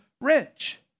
rich